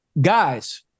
Guys